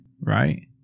right